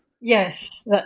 Yes